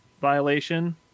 violation